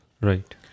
Right